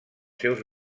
seus